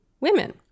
women